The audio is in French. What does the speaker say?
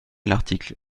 l’article